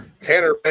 Tanner